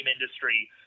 industry